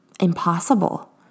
impossible